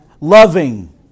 Loving